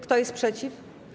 Kto jest przeciw?